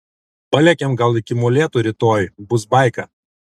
palekiam gal iki molėtų rytoj bus baika